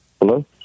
Hello